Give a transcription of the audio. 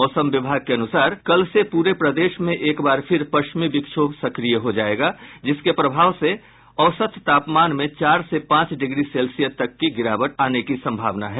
मौसम विभाग के अनुसार कल से पूरे प्रदेश में एक बार फिर पश्चिमी विक्षोभ सक्रिय हो जायेगा जिसके प्रभाव से औसत तापमान में चार से पांच डिग्री सेल्सियस तक की गिरावट आने की संभावना है